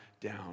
down